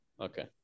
okay